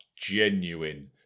genuine